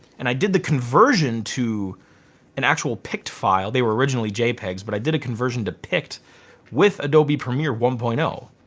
and i did the conversion to an actual pict file. they were originally jpegs but i did a conversion to pict with adobe premiere one point zero.